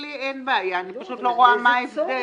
לי אין בעיה, אני פשוט לא רואה מה ההבדל.